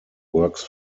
works